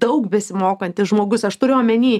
daug besimokantis žmogus aš turiu omeny